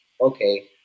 Okay